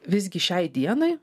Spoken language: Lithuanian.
visgi šiai dienai